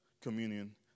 communion